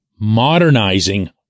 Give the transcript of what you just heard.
modernizing